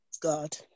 God